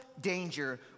danger